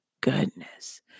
goodness